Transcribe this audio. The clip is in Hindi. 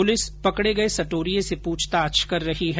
पुलिस पकड़े गए सटोरिए से पूछताछ कर रही है